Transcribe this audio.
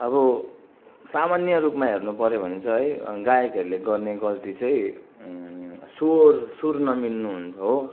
अब सामान्य रूपमा हेर्नुपर्यो भने चाहिँ गायकहरूले गर्ने गल्ती चाहिँ स्वर सुर नमिल्नु हुन्छ हो